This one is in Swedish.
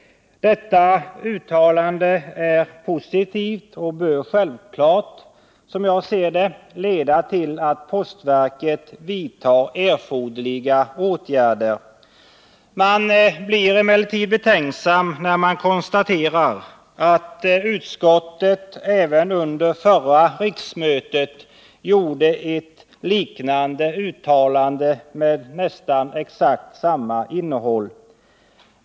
Detta uttalande är positivt och bör, som jag ser det, självklart leda till att postverket vidtar erforderliga åtgärder. Man blir emellertid betänksam när man konstaterar att utskottet även under förra riksmötet gjorde ett uttalande med nästan exakt samma innehåll.